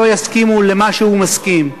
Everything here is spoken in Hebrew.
בוודאי לא יסכימו למה שהוא מסכים.